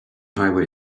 highway